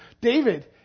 David